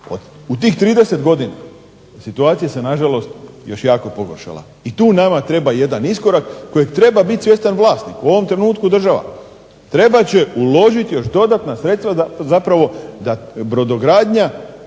U tih 30 godina situacija se nažalost još jako pogoršala i tu nama treba jedan iskorak kojeg treba biti svjestan vlasnik, u ovom trenutku država. Trebat će uložiti još dodatna sredstva zapravo da brodogradnja